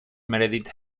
meredith